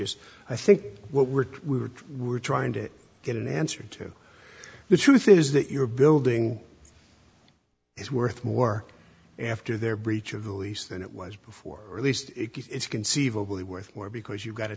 is i think what were we were we were trying to get an answer to the truth is that your building is worth more after their breach of the lease than it was before or at least it's conceivably worth more because you've got a